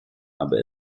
aber